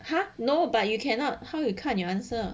ha no but you cannot how you 看 your answer